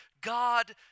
God